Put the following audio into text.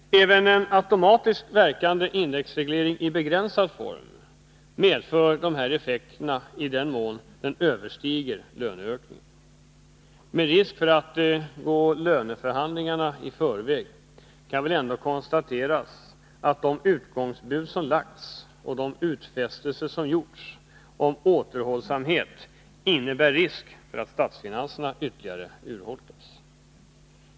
Även en automatiskt verkande indexreglering i begränsad form medför dessa effekter, i den mån den överstiger löneökningen. Med risk för att gå löneförhandlingarna i förväg, kan väl ändå konstateras att de utgångsbud som lagts och de utfästelser som gjorts om återhållsamhet innebär risk för att statsfinanserna ytterligare urholkas.